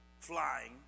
flying